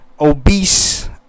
obese